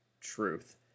truth